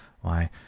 Why